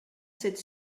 cette